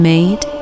Made